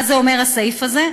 מה אומר הסעיף הזה?